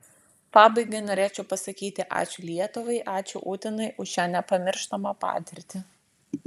pabaigai norėčiau pasakyti ačiū lietuvai ačiū utenai už šią nepamirštamą patirtį